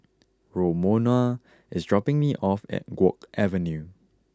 Romona is dropping me off at Guok Avenue